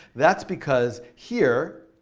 that's because here,